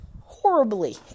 horribly